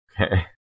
Okay